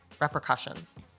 repercussions